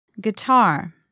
Guitar